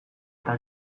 eta